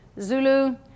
Zulu